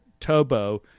Tobo